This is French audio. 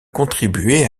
contribuer